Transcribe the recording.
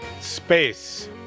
space